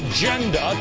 Agenda